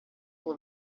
soul